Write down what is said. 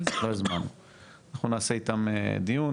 אנחנו נעשה איתם דיון,